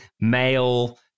male